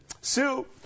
Sue